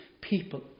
people